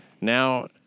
Now